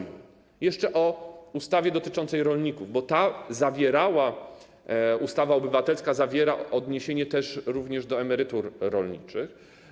Jeszcze o ustawie dotyczącej rolników, bo ta ustawa obywatelska zawiera odniesienie również do emerytur rolniczych.